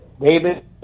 David